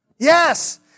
Yes